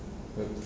yup